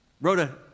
Rhoda